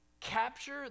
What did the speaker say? capture